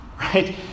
Right